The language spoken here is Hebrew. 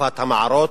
לתקופת המערות.